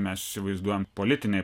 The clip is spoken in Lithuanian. mes įsivaizduojam politinėj